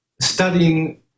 studying